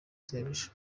shebuja